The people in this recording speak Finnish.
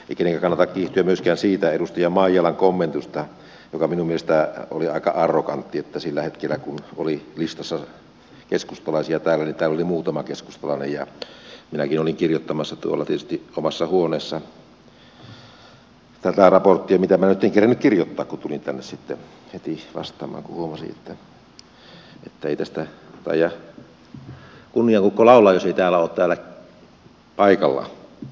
ei kenenkään kannata kiihtyä myöskään siitä edustaja maijalan kommentista joka minun mielestäni oli aika arrogantti että sillä hetkellä kun oli listassa keskustalaisia täällä niin täällä oli muutama keskustalainen ja minäkin olin kirjoittamassa tuolla tietysti omassa huoneessani tätä raporttia mitä minä nyt en kerinnyt kirjoittaa kun tulin tänne sitten heti vastaamaan kun huomasin että ei tästä taida kunnian kukko laulaa jos ei täällä ole paikalla silloin